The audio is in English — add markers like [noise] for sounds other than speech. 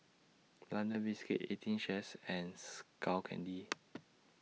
London Biscuits eighteen Chef's and Skull Candy [noise]